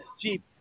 Jeep